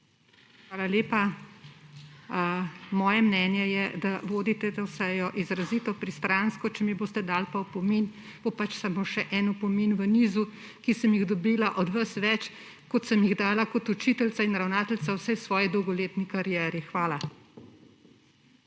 Hvala lepa. Moje mnenje je, da vodite to sejo izrazito pristransko. Če mi boste dali pa opomin, bo pač samo še en opomin v nizu, ki sem jih dobila od vas več, kot sem jih dala kot učiteljica in ravnateljica v vsej svoji dolgoletni karieri. Hvala.